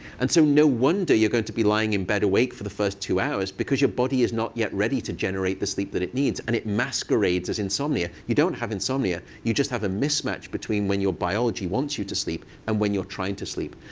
and so no wonder you're going to be lying in bed awake for the first two hours. because your body is not yet ready to generate the sleep that it needs. and it masquerades as insomnia. you don't have insomnia. you just have a mismatch between when your biology wants you to sleep and when you're trying to sleep.